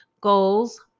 Goals